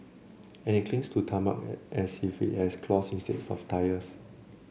and it clings to tarmac as if it has claws instead of tyres